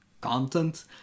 content